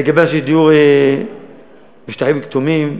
לגבי דיור בשטחים כתומים,